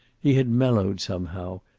he had mellowed, somehow,